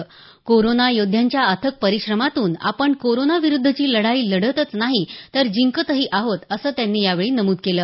corona योद्ध्यांच्या अथक परिश्रमातून आपण कोरोना विरुद्धची लढाई लढतच नाही तर जिंकतही आहोत असं त्यांनी यावेळी नमूद केलं